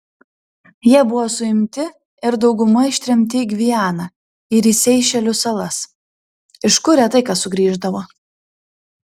jie buvo suimti ir dauguma ištremti į gvianą ir į seišelių salas iš kur retai kas sugrįždavo